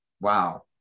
Wow